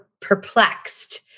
perplexed